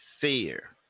fear